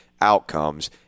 outcomes